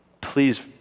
Please